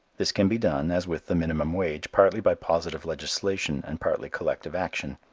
this can be done, as with the minimum wage, partly by positive legislation and partly collective action.